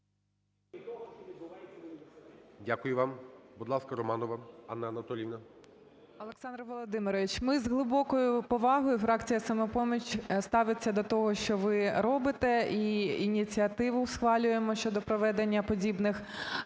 Дякую вам. Будь ласка, Романова Анна Анатоліївна.